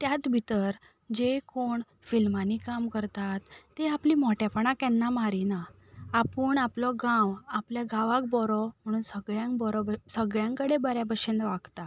त्यात भितर जे कोण फिल्मांनी काम करतात ते आपली मोटेपणां केन्ना मारिनात आपूण आपलो गांव आपल्या गांवाक बोरो म्हुणून सगळ्यांग बोरो भे सगळ्यां कडेन बऱ्या बशेन वागता